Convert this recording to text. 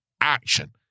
action